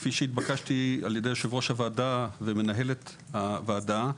כפי שהתבקשתי על ידי יושב-ראש הוועדה ומנהלת הוועדה,